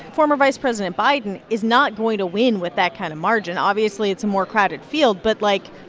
former vice president biden is not going to win with that kind of margin. obviously, it's a more crowded field, but, like,